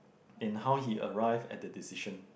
and how he arrived at the decision